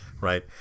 right